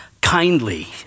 kindly